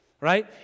right